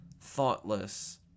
thoughtless